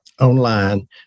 online